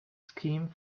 scheme